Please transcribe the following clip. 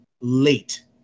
late